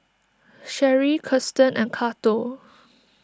Sherree Krysten and Cato